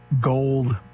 gold